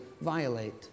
violate